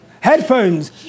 headphones